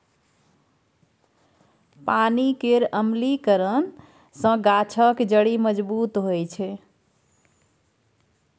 पानि केर अम्लीकरन सँ गाछक जड़ि मजबूत होइ छै